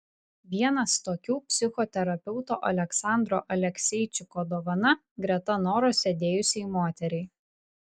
vienas tokių psichoterapeuto aleksandro alekseičiko dovana greta noros sėdėjusiai moteriai